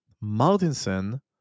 Martinson